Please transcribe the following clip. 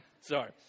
Sorry